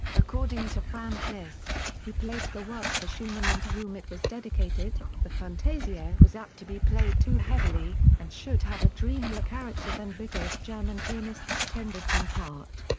according to franz liszt, who played the work for schumann and to whom it was dedicated, the fantasie ah was apt to be played too heavily, and should have a dreamier character than vigorous german pianists tended to impart.